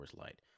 Light